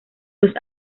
los